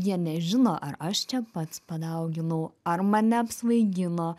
jie nežino ar aš čia pats padauginau ar mane apsvaigino